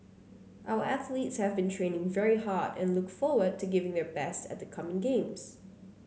our athletes have been training very hard and look forward to giving their best at the coming games